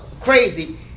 crazy